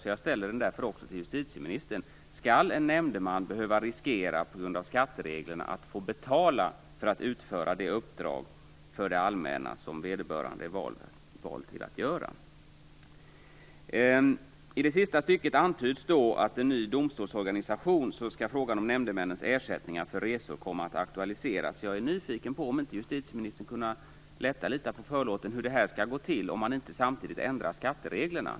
Därför ställer jag följande fråga till justitieministern: Skall en nämndeman på grund av skattereglerna behöva riskera att få betala för att utföra det uppdrag för det allmänna som vederbörande är vald att göra? I det sista stycket i det svaret antyds att i en ny domstolsorganisation skall "frågan om nämndemännens ersättningar för resor komma att aktualiseras". Jag är nyfiken på om justitieministern inte skulle kunna lätta litet grand på förlåten och säga hur det här skall gå till, om man inte samtidigt ändrar skattereglerna.